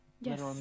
Yes